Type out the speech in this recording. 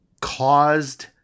caused